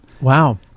Wow